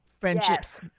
Friendships